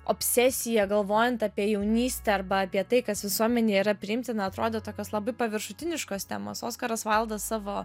obsesija galvojant apie jaunystę arba apie tai kas visuomenėje yra priimtina atrodo tokios labai paviršutiniškos temos oskaras vaildas savo